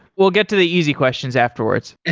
we'll get to the easy questions afterwards.